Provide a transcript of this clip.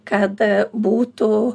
kad būtų